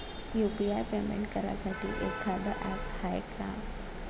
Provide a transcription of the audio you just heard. UPI payment करासाठी एखांद app हाय का?